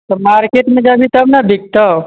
तऽ मार्केटमे जयबिही तब ने बिकतौ